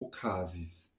okazis